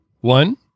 One